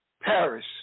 Paris